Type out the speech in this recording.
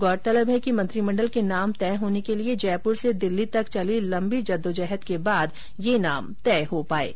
गौरतलब है कि मंत्रिमंडल के नाम तय होने के लिये जयपुर से दिल्ली तक चली लम्बी जदोजहद के बाद नाम तय हो पाये है